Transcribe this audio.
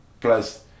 Plus